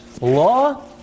law